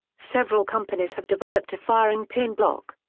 several companies have developed a firing pin block.